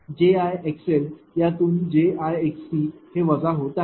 तर jIxl यातून jIxc हे वजा होत आहे